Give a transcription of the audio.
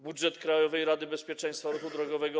Budżet Krajowej Rady Bezpieczeństwa Ruchu Drogowego.